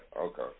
Okay